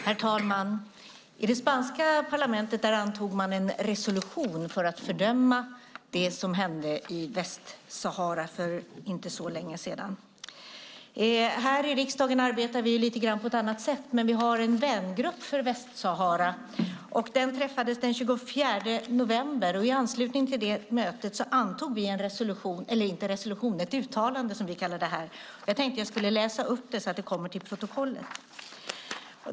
Herr talman! Det spanska parlamentet antog en resolution för att fördöma det som hände i Västsahara för inte så länge sedan. Här i riksdagen arbetar vi på ett lite annat sätt, men vi har en vängrupp för Västsahara. Den träffades den 24 november, och i anslutning till det mötet gjorde vi ett uttalande. Jag tänkte läsa upp det så att det kommer med i protokollet.